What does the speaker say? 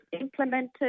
implemented